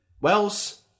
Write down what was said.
Wells